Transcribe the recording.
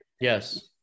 Yes